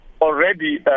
Already